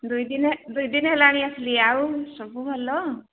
ଦୁଇ ଦିନ ଦୁଇ ଦିନ ହେଲାଣି ଆସିଲି ଆଉ ସବୁ ଭଲ